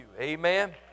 Amen